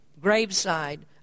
graveside